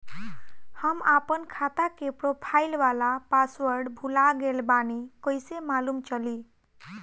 हम आपन खाता के प्रोफाइल वाला पासवर्ड भुला गेल बानी कइसे मालूम चली?